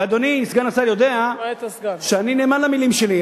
ואדוני סגן השר יודע שאני נאמן למלים שלי,